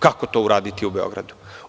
Kako to uraditi u Beogradu?